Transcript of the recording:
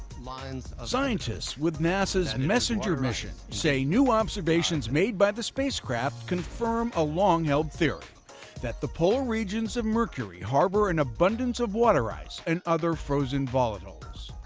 like and ah scientists with nasa's messenger mission say new observations made by the spacecraft confirm a long-held theory that the polar regions of mercury harbor an abundance of water ice and other frozen volatiles.